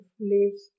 leaves